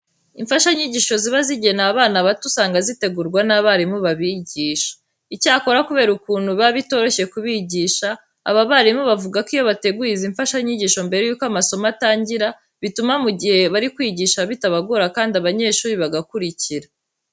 Imfashanyigisho ziba zigenewe abana bato usanga zitegurwa n'abarimu babigisha. Icyakora kubera ukuntu biba bitoroshye kubigisha, aba barimu bavuga ko iyo bateguye izi mfashanyigisho mbere yuko amasomo atangira bituma mu gihe bari kwigisha bitabagora kandi n'abanyeshuri bagakurikira.